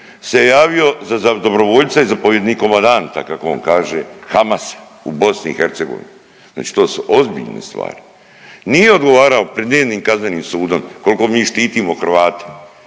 se javio za dobrovoljca i zapovjednika, komadanta kako on kaže Hamasa u Bosni i Hercegovini. Znači to su ozbiljne stvari. Nije odgovarao pred ni jednim kaznenim sudom. Koliko mi štitimo Hrvate.